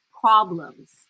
problems